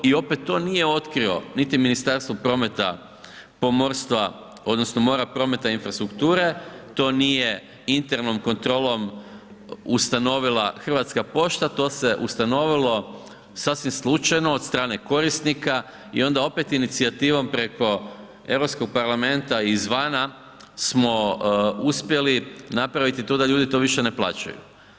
I opet to nije otkrio niti Ministarstvo prometa, pomorstva odnosno mora, prometa i infrastrukture, to nije internom kontrolom ustanovila Hrvatska pošta to se ustanovilo sasvim slučajno od strane korisnika i onda opet inicijativom preko Europskog parlamenta izvana smo uspjeli napraviti to da ljudi to više ne plaćaju.